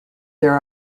there